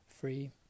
free